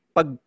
Pag